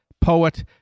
poet